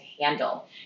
handle